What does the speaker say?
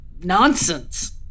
nonsense